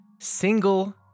single